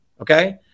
okay